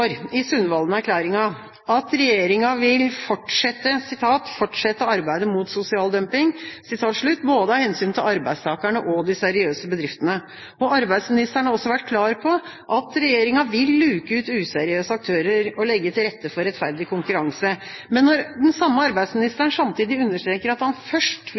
at regjeringa vil «fortsette arbeidet mot sosial dumping» – dette både av hensyn til arbeidstakerne og de seriøse bedriftene. Arbeidsministeren har også vært klar på at regjeringa vil luke ut useriøse aktører og legge til rette for rettferdig konkurranse. Men når den samme arbeidsministeren samtidig understreker at han først vil